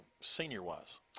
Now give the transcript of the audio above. senior-wise